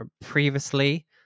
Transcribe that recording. previously